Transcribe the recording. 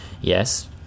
yes